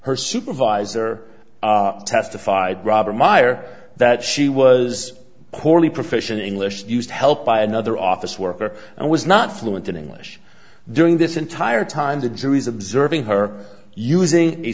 her supervisor testified rubber mire that she was poorly profession english used helped by another office worker and was not fluent in english during this entire time the jury's observing her using a